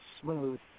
smooth